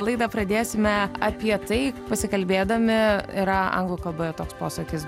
laidą pradėsime apie tai pasikalbėdami yra anglų kalboje toks posakis